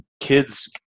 kids